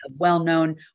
well-known